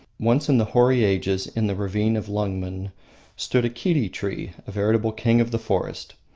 once in the hoary ages in the ravine of lungmen stood a kiri tree, a veritable king of the forest.